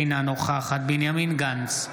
אינה נוכחת בנימין גנץ,